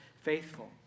faithful